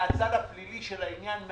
מהצד הפלילי של העניין,